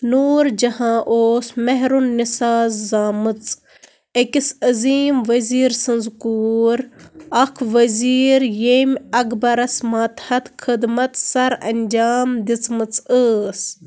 نوٗر جہاں اوس مہرُ النِساء زامٕژ أکِس عظیٖم وزیٖر سٕنٛز کوٗر اَکھ وزیٖر ییٚمۍ اکبَرس ماتحت خٕدمت سر انجام دِژمٕژ ٲس